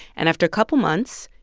and after a couple months,